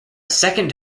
second